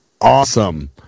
Awesome